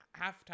halftime